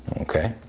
okay.